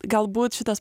galbūt šitas